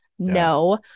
no